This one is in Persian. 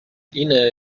اینه